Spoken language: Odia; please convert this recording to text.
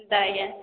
ହେନ୍ତା ଏ କେଁ